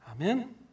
Amen